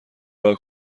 راه